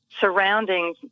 surrounding